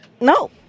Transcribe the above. No